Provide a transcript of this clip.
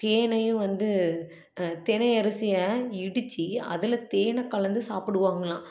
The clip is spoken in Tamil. தேனையும் வந்து தினை அரிசியை இடித்து அதில் தேனை கலந்து சாப்பிடுவாங்கலாம்